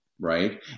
Right